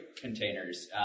containers